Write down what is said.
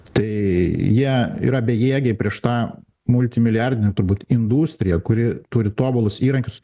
tai jie yra bejėgiai prieš tą multimilijardinę turbūt industriją kuri turi tobulus įrankius